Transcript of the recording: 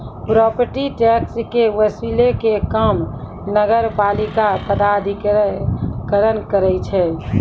property tax के वसूलै के काम नगरपालिका प्राधिकरण करै छै